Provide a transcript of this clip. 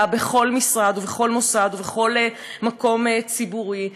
בכל משרד ובכל מוסד ובכל מקום ציבורי,